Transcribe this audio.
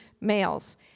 males